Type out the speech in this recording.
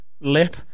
lip